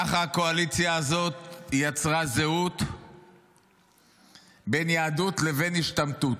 ככה הקואליציה הזאת יצרה זהות בין יהדות לבין השתמטות.